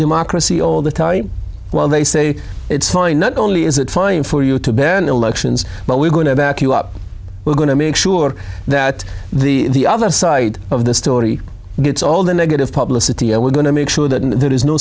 democracy all the time well they say it's fine not only is it fine for you to ben elections but we're going to back you up we're going to make sure that the other side of the story gets all the negative publicity and we're going to make sure that there is no